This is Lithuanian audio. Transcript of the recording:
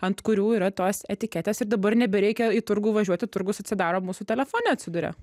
ant kurių yra tos etiketės ir dabar nebereikia į turgų važiuoti turgus atsidaro mūsų telefone atsiduria